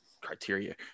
Criteria